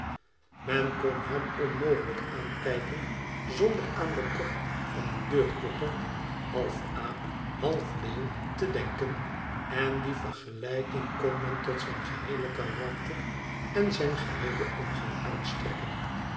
men kon hem onmogelijk aankijken zonder aan den kop van een deurklopper half aap half leeuw te denken en die vergelijking kon men tot zijn geheele karakter en zijn geheelen omgang uitstrekken